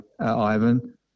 Ivan